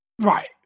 Right